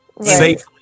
Safely